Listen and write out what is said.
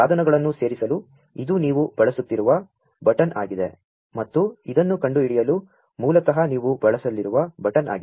ಸಾ ಧನಗಳನ್ನು ಸೇ ರಿಸಲು ಇದು ನೀ ವು ಬಳಸು ತ್ತಿರು ವ ಬಟನ್ ಆಗಿದೆ ಮತ್ತು ಇದನ್ನು ಕಂ ಡು ಹಿಡಿಯಲು ಮೂ ಲತಃ ನೀ ವು ಬಳಸಲಿರು ವ ಬಟನ್ ಆಗಿದೆ